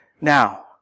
Now